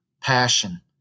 passion